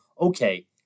okay